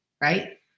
right